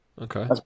Okay